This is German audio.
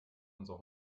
unsere